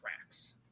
tracks